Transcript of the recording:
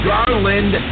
Garland